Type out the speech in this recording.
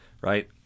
right